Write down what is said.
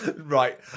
Right